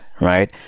right